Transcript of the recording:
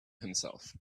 himself